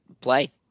play